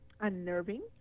unnerving